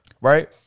right